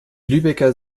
lübecker